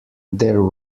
there